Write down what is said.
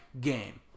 game